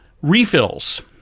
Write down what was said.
Refills